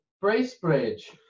Bracebridge